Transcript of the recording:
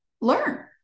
learn